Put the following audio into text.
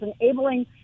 enabling